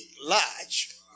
large